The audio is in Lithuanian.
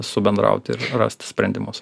su bendrauti ir rasti sprendimus